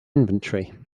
inventory